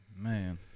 man